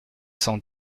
cent